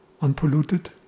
unpolluted